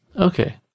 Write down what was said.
Okay